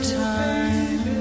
time